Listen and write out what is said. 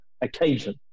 occasion